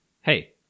Hey